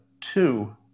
two